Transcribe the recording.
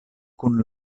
kun